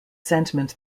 sentiment